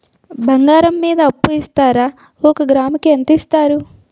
బంగారం మీద అప్పు ఇస్తారా? ఒక గ్రాము కి ఎంత ఇస్తారు?